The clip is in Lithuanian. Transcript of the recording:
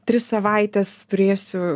tris savaites turėsiu